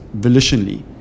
volitionally